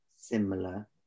similar